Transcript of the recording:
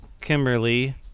Kimberly